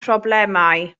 problemau